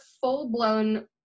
full-blown